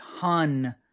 ton